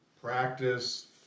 Practice